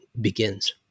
begins